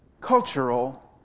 cultural